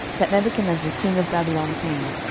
that nebuchadnezzar king of babylon came,